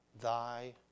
thy